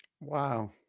Wow